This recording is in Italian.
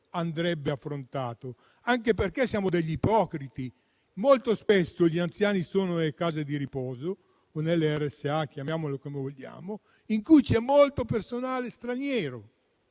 andrebbe affrontato, anche perché siamo degli ipocriti. Molto spesso gli anziani sono nelle case di riposo o nelle RSA (chiamiamole come vogliamo), in cui c'è molto personale straniero.